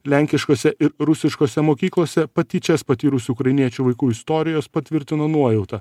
lenkiškose ir rusiškose mokyklose patyčias patyrusių ukrainiečių vaikų istorijos patvirtino nuojautą